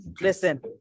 listen